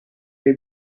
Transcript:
dei